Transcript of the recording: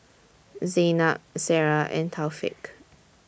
Zaynab Sarah and Taufik